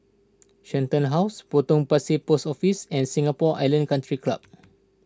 Shenton House Potong Pasir Post Office and Singapore Island Country Club